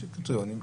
יש קריטריונים,